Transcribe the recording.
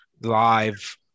live